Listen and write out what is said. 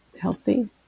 healthy